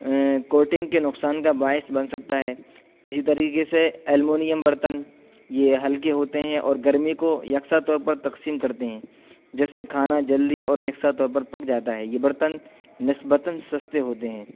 coating کے نقصان کا باعث بن سکتا ہے اسی طریقے سے المونیم برتن یہ ہلکے ہوتے ہیں اور گرمی کو یکساں طور پر تقسیم کرتے ہیں جیسے کھانا جلدی اور یکساں طور پر پک جاتا ہے یہ برتن نسبتاً سستے ہوتے ہیں